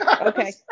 Okay